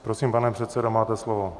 Prosím, pane předsedo, máte slovo.